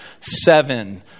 seven